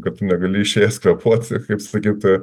kad tu negali išėjęs kvėpuot kaip sakyt